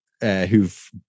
who've